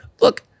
look